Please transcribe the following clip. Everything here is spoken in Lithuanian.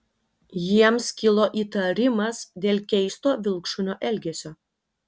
jiems kilo įtarimas dėl keisto vilkšunio elgesio